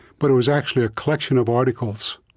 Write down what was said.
but it was actually a collection of articles.